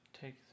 take